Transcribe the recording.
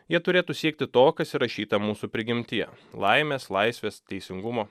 jie turėtų siekti to kas įrašyta mūsų prigimtyje laimės laisvės teisingumo